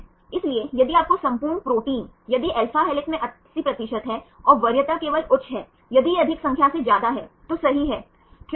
इसलिए यदि आपका संपूर्ण प्रोटीन यदि alpha हेलिक्स में 80 प्रतिशत है और वरीयता केवल उच्च है यदि यह अधिक संख्या से ज्यादा है तो सही है